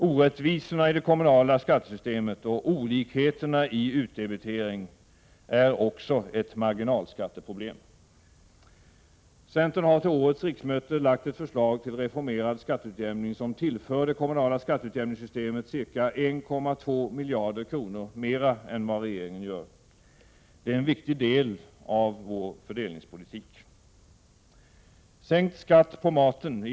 Orättvisorna i det kommunala skattesystemet och olikheterna i utdebitering är också ett marginalskatteproblem. Centern har till årets riksmöte lagt fram ett förslag till reformerad skatteutjämning som tillför det kommunala skatteutjämningssystemet ca 1,2 miljarder kronor mer än vad regeringen gör. Det är en viktig del av vår fördelningspolitik.